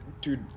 dude